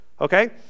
okay